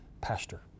pastor